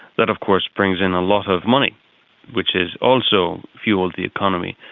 that of course brings in a lot of money which has also fuelled the economy.